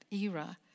era